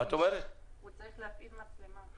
הוא צריך להפעיל מצלמה.